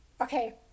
Okay